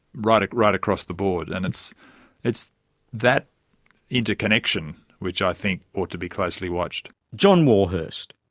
right right across the board. and it's it's that interconnection which i think ought be closely watched. john warhurst.